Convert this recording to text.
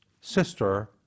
Sister